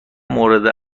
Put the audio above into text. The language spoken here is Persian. مورد